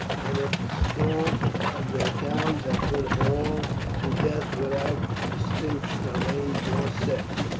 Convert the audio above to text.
and at the storm of their towns have put all to death without distinction of age or sex.